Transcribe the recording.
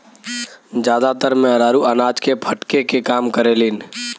जादातर मेहरारू अनाज के फटके के काम करेलिन